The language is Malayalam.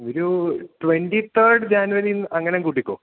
ഒരു ട്വൻറ്റി തേർഡ് ജാനുവരി എന്ന് അങ്ങനെയങ്ങ് കൂട്ടിക്കോളൂ